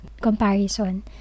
comparison